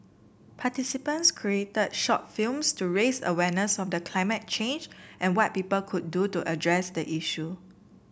participants created short films to raise awareness of the climate change and what people could do to address the issue